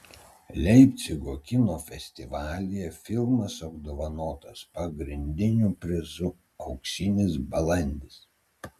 leipcigo kino festivalyje filmas apdovanotas pagrindiniu prizu auksinis balandis